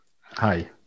Hi